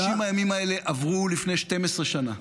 60 הימים האלה עברו לפני 12 שנה.